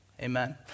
Amen